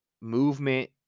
movement